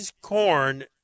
corn